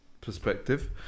perspective